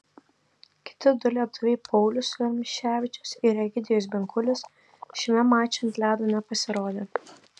kiti du lietuviai paulius rumševičius ir egidijus binkulis šiame mače ant ledo nepasirodė